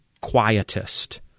quietist